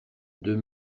deux